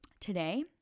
Today